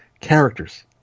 characters